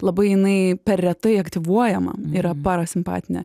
labai jinai per retai aktyvuojama yra parasimpatinė